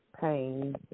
pain